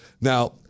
Now